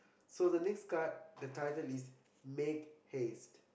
so the next card the title is make haste